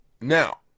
now